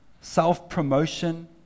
self-promotion